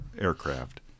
aircraft